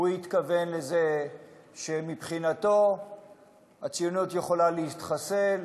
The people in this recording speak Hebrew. הוא התכוון לזה שמבחינתו הציונות יכולה להתחסל.